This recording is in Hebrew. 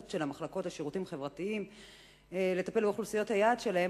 של המחלקות לשירותים חברתיים לטפל באוכלוסיות היעד שלהן,